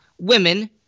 women